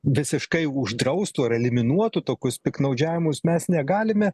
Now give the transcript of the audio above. visiškai uždraustų ar eliminuotų tokius piktnaudžiavimus mes negalime